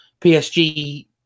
PSG